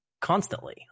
constantly